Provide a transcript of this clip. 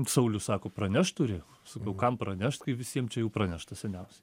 saulius sako pranešt turi sakau kam pranešt kai visiem čia jau pranešta seniausiai